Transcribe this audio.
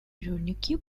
unique